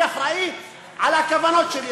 אני אחראי לכוונות שלי,